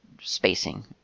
spacing